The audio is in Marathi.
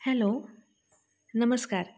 हॅलो नमस्कार